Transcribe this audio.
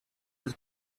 his